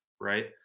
Right